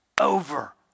over